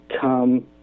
come